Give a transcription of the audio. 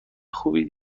خوبی